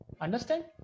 understand